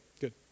good